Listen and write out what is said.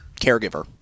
caregiver